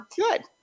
good